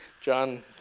John